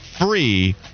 free